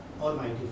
Almighty